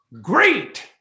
Great